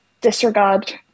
Disregard